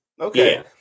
Okay